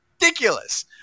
ridiculous